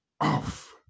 off